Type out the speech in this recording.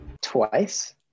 twice